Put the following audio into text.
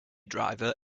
driver